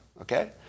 okay